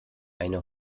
eine